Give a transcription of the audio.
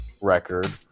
record